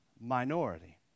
minority